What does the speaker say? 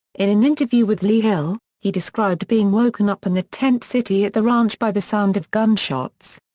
in an interview with lee hill, he described being woken up in the tent city at the ranch by the sound of gunshots.